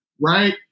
right